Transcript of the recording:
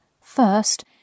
First